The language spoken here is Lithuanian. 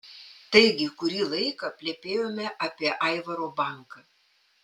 taigi kurį laiką plepėjome apie aivaro banką